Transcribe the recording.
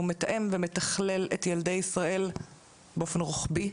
מתאם ומתכלל את ילדי ישראל באופן רוחבי,